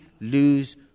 lose